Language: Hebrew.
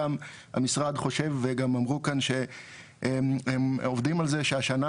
גם המשרד חושב וגם אמרו כאן שהם עובדים על זה שהשנה,